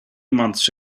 months